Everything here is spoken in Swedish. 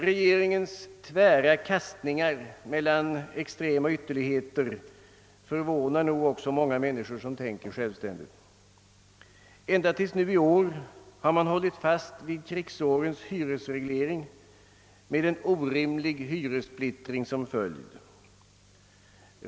Regeringens tvära kastningar mellan extrema ytterligheter förvånar nog också många människor som tänker självständigt. Ända till nu i år har man hållit fast vid krigsårens hyresreglering med en orimlig hyressplittring som följd.